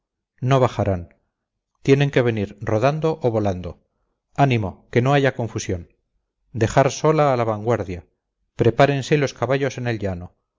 no bajarán tienen que venir rodando o volando ánimo que no haya confusión dejar sola a la vanguardia prepárense los caballos en el llano